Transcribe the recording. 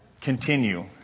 continue